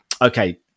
Okay